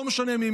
לא משנה מי,